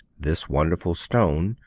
this wonderful stone,